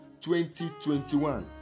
2021